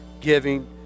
giving